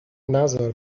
نزار